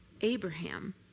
Abraham